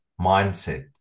mindset